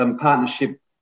partnership